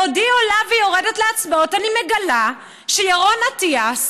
בעודי עולה ויורדת להצבעות אני מגלה שירון אטיאס,